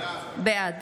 בעד